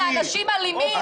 לאנשים אלימים.